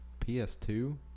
PS2